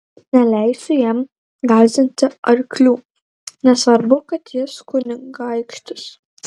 neleisiu jam gąsdinti arklių nesvarbu kad jis kunigaikštis